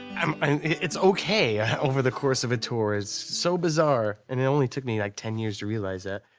um i mean it's okay ah over the course of a tour. it's so bizarre and it only took me like ten years to realize that.